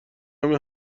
همین